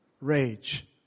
rage